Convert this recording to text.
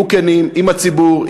יהיו כנים עם הציבור,